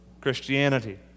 Christianity